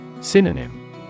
Synonym